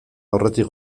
aurretik